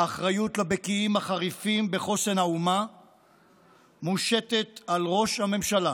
האחריות לבקיעים החריפים בחוסן האומה מושתת על ראש הממשלה,